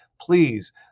please